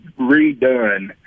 redone